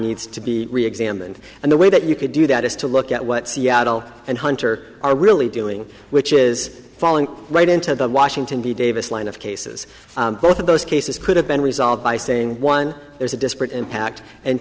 needs to be reexamined and the way that you could do that is to look at what seattle and hunter are really doing which is falling right into the washington d davis line of cases both of those cases could have been resolved by saying one there's a disparate impact and